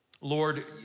Lord